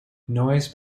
noise